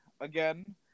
again